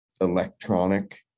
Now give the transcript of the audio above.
electronic